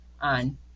on